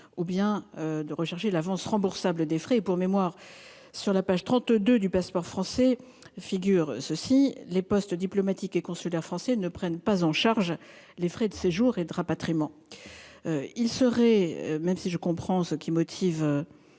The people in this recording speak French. ou de verser une avance remboursable. Pour mémoire, sur la page 32 du passeport français figure ceci :« Les postes diplomatiques et consulaires français ne prennent pas en charge les frais de séjour et de rapatriement. » Je comprends ce qui motive